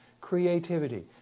creativity